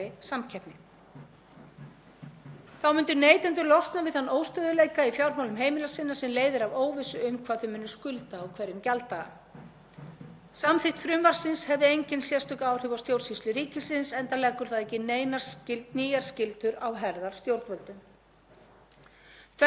Samþykkt frumvarpsins hefði engin sérstök áhrif á stjórnsýslu ríkisins enda leggur það engar nýjar skyldur á herðar stjórnvöldum. Þvert á móti gæti það stuðlað að skilvirkara opinberu eftirliti með lánastarfsemi vegna minna flækjustigs í skilmálum lána til neytenda.